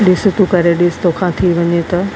ॾिसु तूं करे ॾिसु तोखां थी वञे त